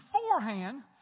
beforehand